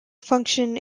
function